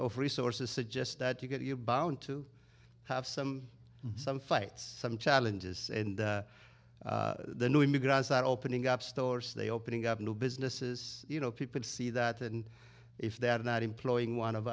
of resources suggests that you get you're bound to have some some fights some challenges and the new immigrants are opening up stores they opening up new businesses you know people see that and if they're not employing one of